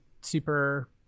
super